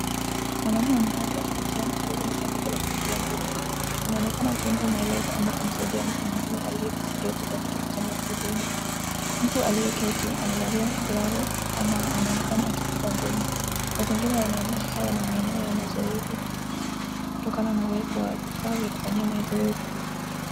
Mwanaume mmoja amesimama karibu na saduku la kipigia ngumi. Anaonekana akimpa maelezo ama kumsaidia mtu mwingine aliyeketi kwenye kiti cha magurudumu. Mtu aliyeketi amevalia glavu ama anaonekana akipiga ngumi. Mazingira yanaonyesha haya ni maeneo ya mazoezi kutokana na uwepo wa vifaa vya kufanyia mazoezi.